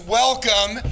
welcome